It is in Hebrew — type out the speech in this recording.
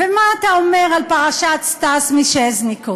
ומה אתה אומר על פרשת סטס מיסז'ניקוב,